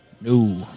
no